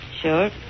Sure